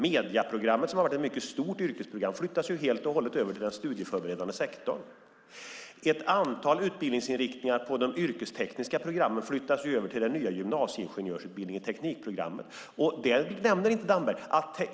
Medieprogrammet, som har varit ett mycket stort yrkesprogram, flyttas ju helt och hållet över till den studieförberedande sektorn. Ett antal utbildningsinriktningar på de yrkestekniska programmen flyttas över till den nya gymnasieingenjörsutbildningen Teknikprogrammet. Det nämner inte Damberg.